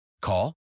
Call